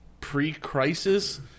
pre-crisis